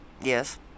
Yes